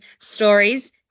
stories